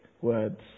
words